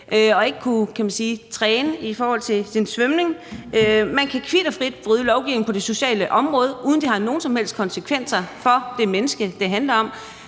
og ikke har kunnet træne i forhold til sin svømning. Man kan kvit og frit bryde lovgivningen på det sociale område, uden at det har nogen som helst konsekvenser i forhold til det menneske, det handler om.